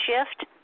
shift